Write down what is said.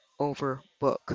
overbook